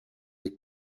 est